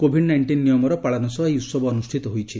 Covid nineteen ନିୟମର ପାଳନ ସହ ଏହି ଉତ୍ସବ ଅନୁଷ୍ଠିତ ହୋଇଛି